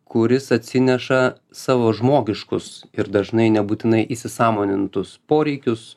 kuris atsineša savo žmogiškus ir dažnai nebūtinai įsisąmonintus poreikius